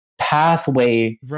pathway